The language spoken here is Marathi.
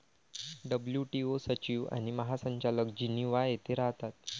डब्ल्यू.टी.ओ सचिव आणि महासंचालक जिनिव्हा येथे राहतात